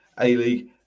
A-League